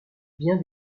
bien